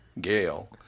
Gail